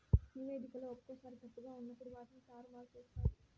నివేదికలో ఒక్కోసారి తప్పుగా ఉన్నప్పుడు వాటిని తారుమారు చేత్తారు